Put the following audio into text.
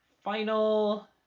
final